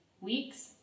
weeks